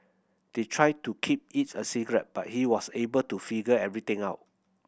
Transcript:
they tried to keep it a secret but he was able to figure everything out